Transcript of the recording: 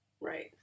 right